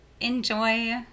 enjoy